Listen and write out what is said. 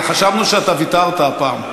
חשבנו שאתה ויתרת הפעם.